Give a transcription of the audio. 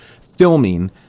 filming